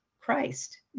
Christ